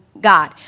God